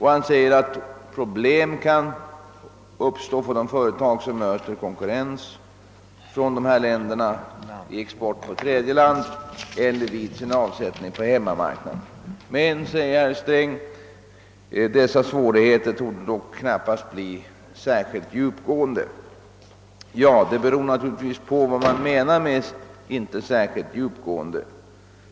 Han säger att problem kan uppstå för de företag som möter konkurrens från dessa länder vid sin export på tredje land eller vid sin avsättning på hemmamarknaden. Men, framhåller herr Sträng, dessa svårigheter torde dock knappast bli »särskilt djupgående». Det beror naturligtvis på vad man menar med »inte särskilt djupgående».